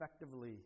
effectively